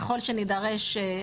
ככול שנדרש,